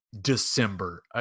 December